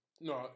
no